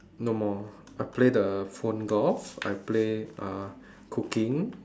no more I play the phone golf I play uh cooking